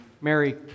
Mary